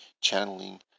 channeling